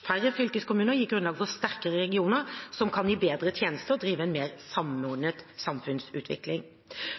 Færre fylkeskommuner gir grunnlag for sterkere regioner som kan gi bedre tjenester og drive en mer samordnet samfunnsutvikling.